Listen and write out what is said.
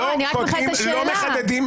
לא מחדדים.